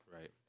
Right